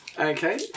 okay